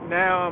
now